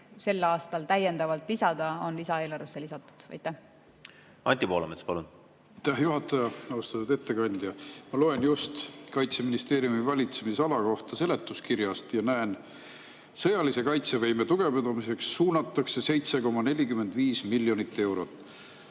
sel aastal täiendavalt lisada, on lisaeelarvesse lisatud. Anti Poolamets, palun! Aitäh, juhataja! Austatud ettekandja! Ma loen just Kaitseministeeriumi valitsemisala kohta seletuskirjast ja näen, et sõjalise kaitsevõime tugevdamiseks suunatakse 7,45 miljonit eurot.